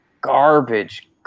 garbage